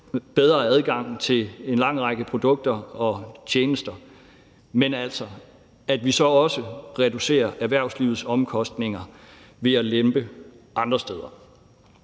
bedre adgang til en lang række produkter og tjenester. Men vi skal så også reducere erhvervslivets omkostninger ved at lempe andre steder.